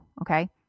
Okay